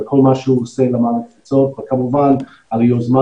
על כל מה שהוא עושה למען התפוצות וכמובן על היוזמה